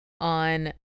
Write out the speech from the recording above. on